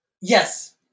Yes